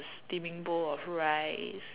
steaming bowl of rice